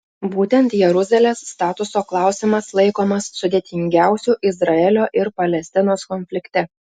būtent jeruzalės statuso klausimas laikomas sudėtingiausiu izraelio ir palestinos konflikte